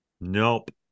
Nope